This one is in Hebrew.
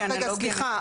רק רגע, סליחה.